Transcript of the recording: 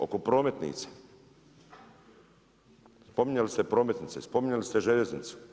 Oko prometnica, spominjali ste prometnice, spominjali ste željeznicu.